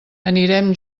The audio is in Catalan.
anirem